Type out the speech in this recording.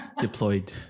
deployed